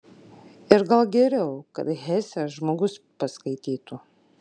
ir gal geriau kad hesę žmogus paskaitytų